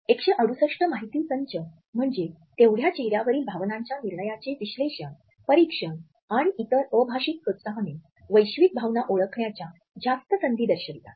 " १६८ माहिती संच म्हणजे तेवढ्या चेहर्यावरील भावनांच्या निर्णयाचे विश्लेषण परीक्षण आणि इतर अभाषिक प्रोत्साहने वैश्विक भावना ओळखण्याच्या जास्त संधीं दर्शवितात